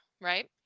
right